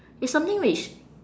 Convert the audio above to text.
it's something which